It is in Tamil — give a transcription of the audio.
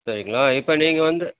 சரிங்ளா இப்போ நீங்கள் வந்து